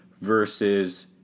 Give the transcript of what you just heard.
versus